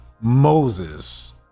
Moses